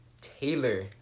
Taylor